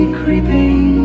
creeping